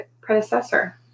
predecessor